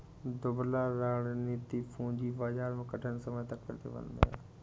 दुबला रणनीति पूंजी बाजार में कठिन समय का प्रतिबिंब है